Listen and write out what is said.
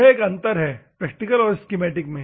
यह एक अंतर है प्रैक्टिकल और स्कीमैटिक में